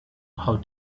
how